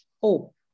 Hope